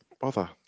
bother